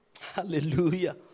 Hallelujah